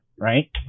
right